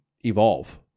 evolve